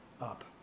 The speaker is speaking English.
up